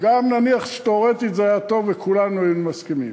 גם אם נניח שתיאורטית זה היה טוב וכולנו היינו מסכימים.